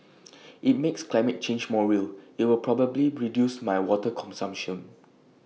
IT makes climate change more real and will probably reduce my water consumption